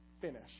finish